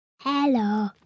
Hello